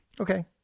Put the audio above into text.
Okay